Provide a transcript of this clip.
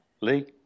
Lee